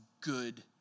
good